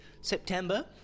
September